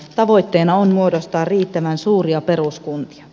tavoitteena on muodostaa riittävän suuria peruskuntia